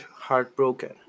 heartbroken